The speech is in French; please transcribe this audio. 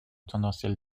tendancielle